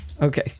Okay